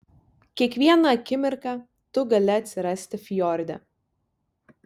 kiekvieną akimirką tu gali atsirasti fjorde